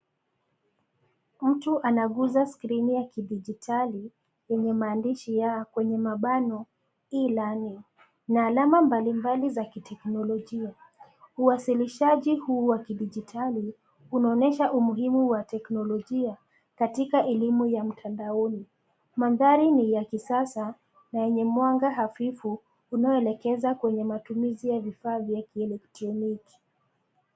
Mtu anaguza skrini ya kidijitali yenye maandishi ya E-learning kwenye mabano na alama mbalimbali za kiteknolojia. Uwasilishaji huu wa kidijitali unaonyesha umuhimu wa teknolojia katika elimu ya mtandaoni. Mandhari ni ya kisasa na yenye mwanga hafifu inayoelekeza kwenye matumizi ya vifaa vya ki-elektroniki.